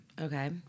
Okay